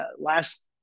last